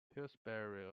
pillsbury